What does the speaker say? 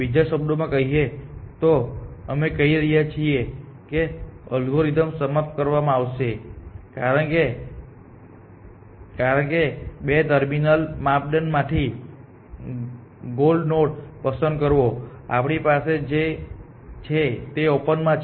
બીજા શબ્દોમાં કહીએ તો અમે કહી રહ્યા છીએ કે એલ્ગોરિધમ્સ સમાપ્ત કરવામાં આવશે કારણ કે બે ટર્મિનેશન માપદંડમાંથી ગોલ નોડ પસંદ કરવો આપણી પાસે જે છે તે ઓપન માં છે